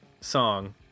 song